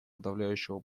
подавляющего